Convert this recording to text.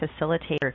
Facilitator